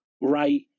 right